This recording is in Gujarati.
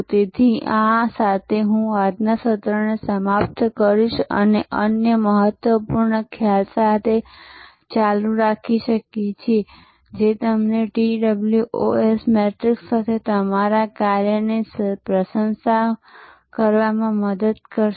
તેથી આ સાથે હું આજના સત્રને સમાપ્ત કરીશ અને અમે અન્ય મહત્વપૂર્ણ ખ્યાલ સાથે ચાલુ રાખી શકીએ છીએ જે તમને TOWS મેટ્રિક્સ સાથે તમારા કાર્યની પ્રશંસા કરવામાં મદદ કરશે